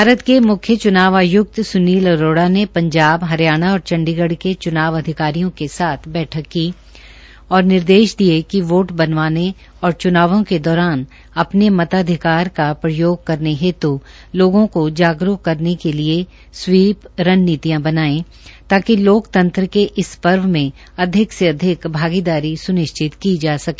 भारत के म्ख्य च्नाव आय्क्त श्री स्नील अरोड़ा ने हरियाणा पंजाब और चंडीगढ़ के चूनाव अधिकारियों के साथ बैठक की और उन्हें निर्देश दिए कि वोट बनवाने और च्नावों के दौरान अपने मताधिकार का प्रयोग करने हेतु लोगों को जागरूक करने के लिए स्वीप रणनीतियां बनाएं ताकि लोकतंत्र के इस पर्व में अधिक से अधिक भागीदारी स्निश्चित की जा सके